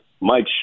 Mike